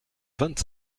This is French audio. vingt